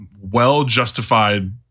well-justified